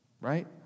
Right